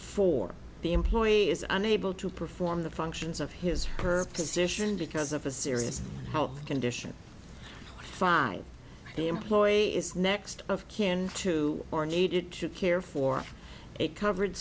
for the employee is unable to perform the functions of his her position because of a serious health condition by the employee is next of kin to or needed to care for a covered